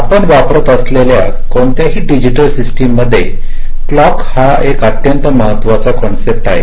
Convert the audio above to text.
आपण वापरत असलेल्या कोणत्याही डिजिटल सिस्टिम मध्ये क्लॉक हा एक अत्यंत महत्वाचा कॉम्पोनन्ट आहे